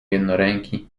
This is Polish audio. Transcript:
jednoręki